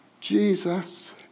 Jesus